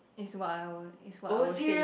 is what I will is what I will say